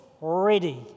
Ready